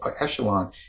echelon